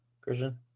Christian